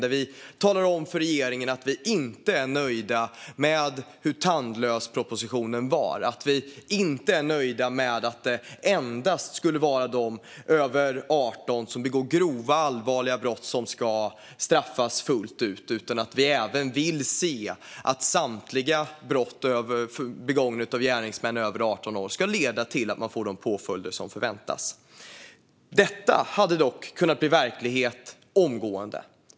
Där talar vi om för regeringen att vi inte är nöjda med hur tandlös propositionen är, att vi inte är nöjda med att det endast är de som är över 18 och begår grova allvarliga brott som ska straffas fullt ut och att vi vill att samtliga brott begångna av gärningsmän över 18 år ska leda till att man får de påföljder som förväntas. Detta hade dock kunnat bli verklighet omgående.